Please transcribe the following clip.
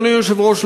אדוני היושב-ראש,